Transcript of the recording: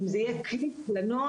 אם זה יהיה קליק לנוער,